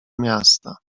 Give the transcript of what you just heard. miasta